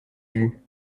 vue